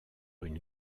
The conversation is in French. une